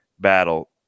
battle